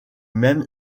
même